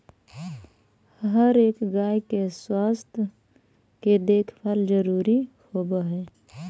हर एक गाय के स्वास्थ्य के देखभाल जरूरी होब हई